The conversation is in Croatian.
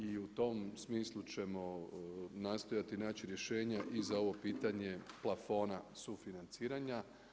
I u tom smislu ćemo nastojati naći rješenja i za ovo pitanje plafona sufinanciranja.